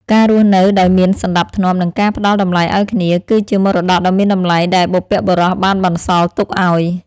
ការរស់នៅដោយមានសណ្ដាប់ធ្នាប់និងការផ្ដល់តម្លៃឱ្យគ្នា គឺជាមរតកដ៏មានតម្លៃដែលបុព្វបុរសបានបន្សល់ទុកឱ្យ។